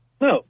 No